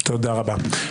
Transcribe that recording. תודה רבה.